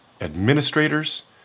administrators